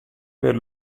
per